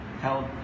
held